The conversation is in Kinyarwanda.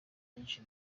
byinshi